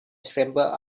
scrambled